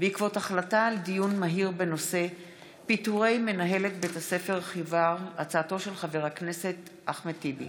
בעקבות דיון מהיר בהצעתו של חבר הכנסת אחמד טיבי